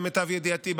למיטב ידיעתי,